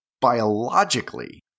biologically